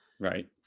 Right